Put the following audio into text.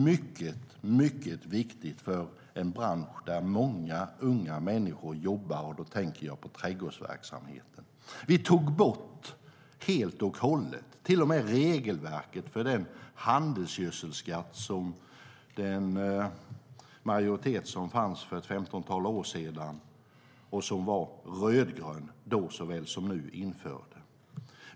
Det var mycket viktigt för en bransch där många unga människor jobbar; då tänker jag på trädgårdsverksamheten. Vi tog helt och hållet bort regelverket för den handelsgödselskatt som infördes av den majoritet som fanns för ett femtontal år sedan och som då såväl som nu var rödgrön.